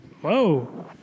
Whoa